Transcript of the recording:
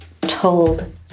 told